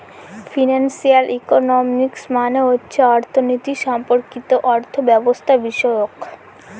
financial economics মানে হচ্ছে অর্থনীতি সম্পর্কিত অর্থব্যবস্থাবিষয়ক